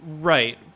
Right